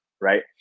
right